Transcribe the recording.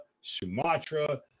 Sumatra